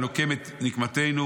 הנוקם את נקמתנו,